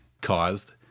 caused